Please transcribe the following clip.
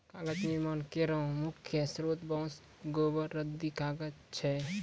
कागज निर्माण केरो मुख्य स्रोत बांस, गोबर, रद्दी कागज छै